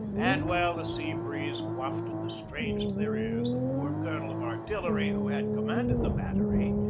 and while the sea-breeze wafted the strains to their ears the poor colonel of artillery who had commanded the battery,